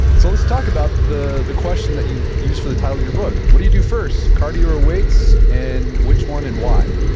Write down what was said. so let's talk about the the question that you used for the title of your book. what do you do first, cardio or ah weights, and which one and why?